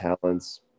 talents